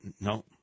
no